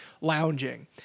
lounging